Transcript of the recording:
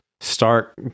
stark